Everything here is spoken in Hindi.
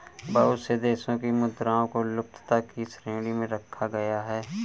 बहुत से देशों की मुद्राओं को लुप्तता की श्रेणी में रखा गया है